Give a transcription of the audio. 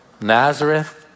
Nazareth